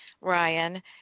Ryan